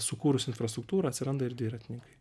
sukūrus infrastruktūrą atsiranda ir dviratininkai